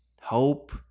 hope